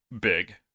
big